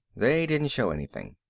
they didn't show anything.